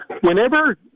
whenever